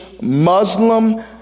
Muslim